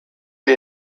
wir